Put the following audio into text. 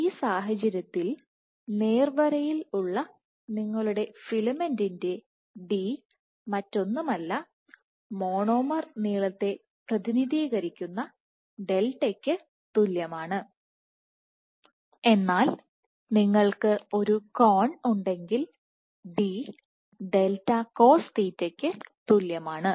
ഈ സാഹചര്യത്തിൽ നേർ വരയിൽ ഉള്ള നിങ്ങളുടെ ഫിലമെന്റിന്റെ d മറ്റൊന്നുമല്ല മോണോമർ നീളത്തെ പ്രതിനിധീകരിക്കുന്ന ഡെൽറ്റയ്ക്ക് തുല്യമാണ് എന്നാൽ നിങ്ങൾക്ക് ഒരു കോണിൽ ഉണ്ടെങ്കിൽ d ഡെൽറ്റ കോസ് തീറ്റക്ക് Delta Cos θ തുല്യമാണ്